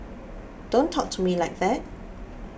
don't talk to me like that